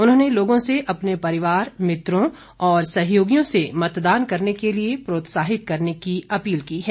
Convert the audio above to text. उन्होंने लोगों से अपने परिवार मित्रों और सहयोगियों से मतदान करने के लिए प्रोत्साहित करने की अपील की है